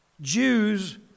Jews